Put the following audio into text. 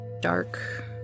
Dark